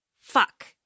fuck